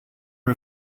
are